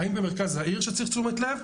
האם במרכז העיר - שצריך תשומת לב?